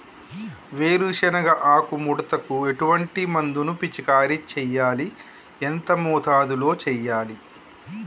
వేరుశెనగ ఆకు ముడతకు ఎటువంటి మందును పిచికారీ చెయ్యాలి? ఎంత మోతాదులో చెయ్యాలి?